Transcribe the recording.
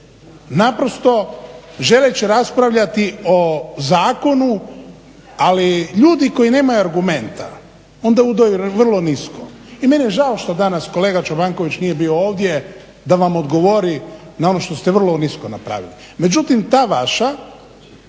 naprosto želeći raspravljati o zakonu. Ali ljudi koji nemaju argumenta onda udaraju vrlo nisko. I meni je žao što danas kolega Čobanković nije bio ovdje da vam odgovori na ono što ste vrlo nisko napravili. Međutim, ta vaša